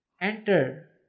Enter